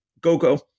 Gogo